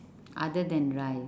other than rice